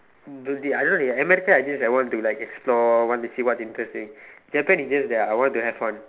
mm I don't know dey America I just want to explore see what interesting Japan is just that I want to have fun